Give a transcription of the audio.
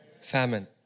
Famine